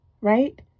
right